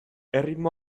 erritmo